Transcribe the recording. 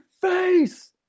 face